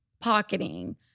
Pocketing